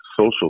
social